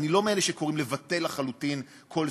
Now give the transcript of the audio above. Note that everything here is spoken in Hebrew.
אני לא מאלה שקוראים לבטל לחלוטין כל סוג,